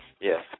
yes